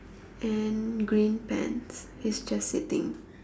and green pants he's just sitting